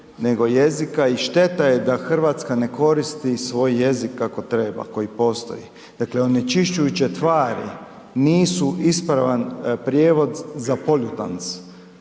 nego jezika i šteta je da Hrvatska ne koristi svoj jezik kako treba koji postoji. Dakle, onečišćujuće tvari nisu ispravan prijevod za pollutants,